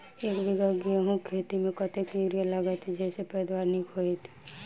एक बीघा गेंहूँ खेती मे कतेक यूरिया लागतै जयसँ पैदावार नीक हेतइ?